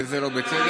וזה לא בסדר.